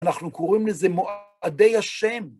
אנחנו קוראים לזה מועדי השם.